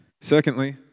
Secondly